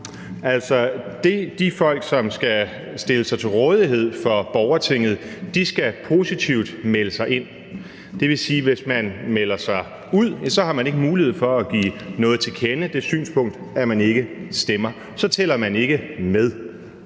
de folk, som skal stille sig til rådighed får borgertinget, skal positivt melde sig ind. Det vil sige, at hvis man melder sig ud, har man ikke mulighed for at give det synspunkt til kende, at man ikke stemmer; så tæller man ikke med.